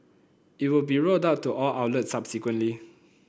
it will be rolled out to all outlets subsequently